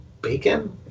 Bacon